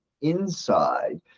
inside